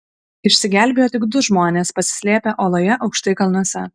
išsigelbėjo tik du žmonės pasislėpę oloje aukštai kalnuose